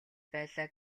байлаа